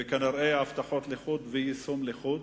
וכנראה הבטחות לחוד ויישום לחוד.